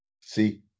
See